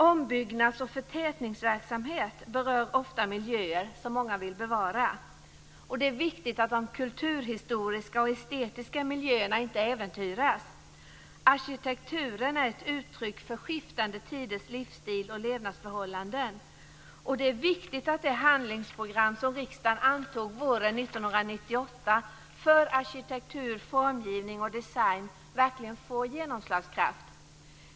Ombyggnads och förtätningsverksamhet berör ofta miljöer som många vill bevara. Det är viktigt att de kulturhistoriska och estetiska miljöerna inte äventyras. Arkitekturen är ett uttryck för skiftande tiders livsstil och levnadsförhållanden. Det är viktigt att det handlingsprogram som riksdagen antog våren 1998 för arkitektur, formgivning och design verkligen får genomslagskraft.